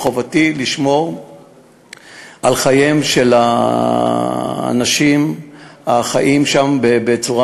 מחובתי לשמור על חייהם של האנשים החיים שם בצורה